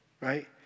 right